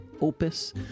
Opus